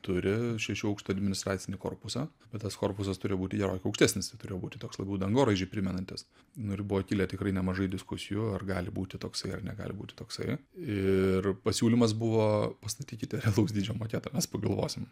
turi šešių aukštų administracinį korpusą bet tas korpusas turėjo būti gerokai aukštesnis tai turėjo būti toks labiau dangoraižį primenantis nu ir buvo kilę tikrai nemažai diskusijų ar gali būti toksai ar negali būti toksai ir pasiūlymas buvo pastatykite realaus dydžio maketą mes pagalvosim